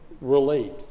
relate